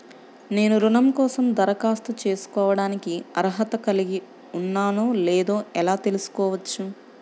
నేను రుణం కోసం దరఖాస్తు చేసుకోవడానికి అర్హత కలిగి ఉన్నానో లేదో ఎలా తెలుసుకోవచ్చు?